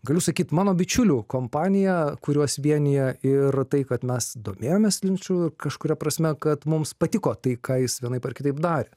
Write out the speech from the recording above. galiu sakyt mano bičiulių kompanija kuriuos vienija ir tai kad mes domėjomės linču ir kažkuria prasme kad mums patiko tai ką jis vienaip ar kitaip darė